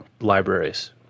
libraries